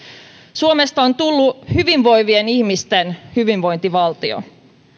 suomesta on tullut hyvinvoivien ihmisten hyvinvointivaltio